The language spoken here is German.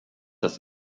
das